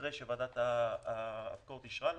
אחרי שוועדת הקרקעות אישרה לנו,